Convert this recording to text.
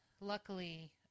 luckily